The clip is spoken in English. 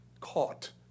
Caught